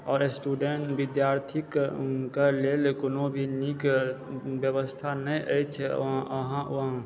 आओर स्टूडेंट विद्यार्थीके लेल कोनो भी नीक व्यवस्था नहि अछि अहाँ ओ